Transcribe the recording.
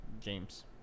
James